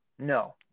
No